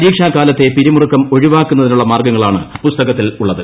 പരീക്ഷക്കാലത്തെ പിരിമുറുക്കം ഒഴിവാക്കുന്നതിനുള്ള മാർഗ്ഗങ്ങളാണ് പുസ്തകത്തിലുള്ളത്